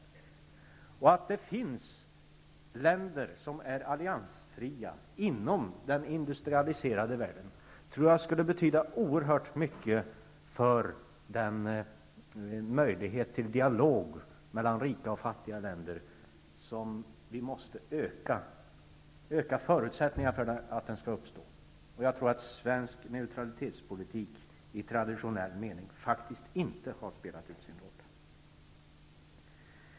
Att det finns länder inom den industrialiserade världen som är alliansfria tror jag skulle betyda oerhört mycket för möjligheten till dialog mellan rika och fattiga länder. Vi måste öka förutsättningarna för att denna dialog skall uppstå. Jag tror att svensk neutralitetspolitik i traditionell mening faktiskt inte har spelat ut sin roll.